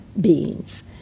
beings